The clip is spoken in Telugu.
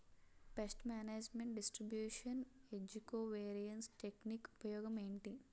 పేస్ట్ మేనేజ్మెంట్ డిస్ట్రిబ్యూషన్ ఏజ్జి కో వేరియన్స్ టెక్ నిక్ ఉపయోగం ఏంటి